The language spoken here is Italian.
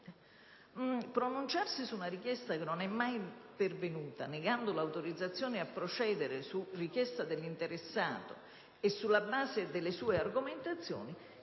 Pronunciarsi su una richiesta che non è mai pervenuta, negando l'autorizzazione a procedere su richiesta dell'interessato e sulla base delle sue argomentazioni,